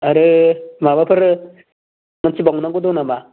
आरो माबाफोर मोनथिबावनांगौ दं नामा